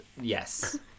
yes